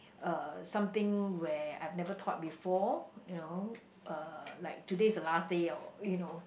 uh something where I've never thought before you know uh like today is the last day of you know